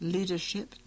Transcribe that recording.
Leadership